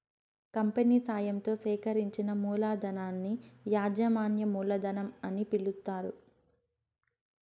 company సాయంతో సేకరించిన మూలధనాన్ని యాజమాన్య మూలధనం అని పిలుస్తారు